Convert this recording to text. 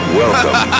welcome